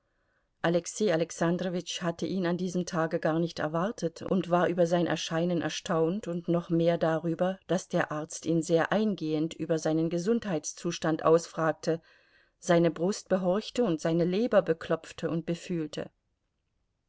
alexei alexandrowitsch hatte ihn an diesem tage gar nicht erwartet und war über sein erscheinen erstaunt und noch mehr darüber daß der arzt ihn sehr eingehend über seinen gesundheitszustand ausfragte seine brust behorchte und seine leber beklopfte und befühlte